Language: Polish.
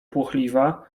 płochliwa